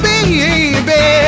Baby